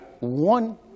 one